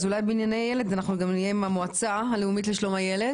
בענייני ילד נהיה גם עם המועצה הלאומית לשלום הילד.